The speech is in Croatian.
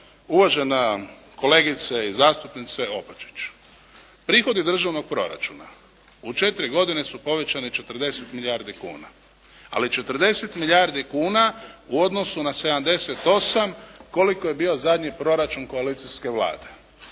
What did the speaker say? uvažena kolegice i zastupnice Opačić, prihodi državnog proračuna u 4 godine su povećani 40 milijardi kuna ali 40 milijardi kuna u odnosu na 78 koliko je bio zadnji proračun koalicijske Vlade.